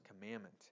commandment